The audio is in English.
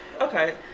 okay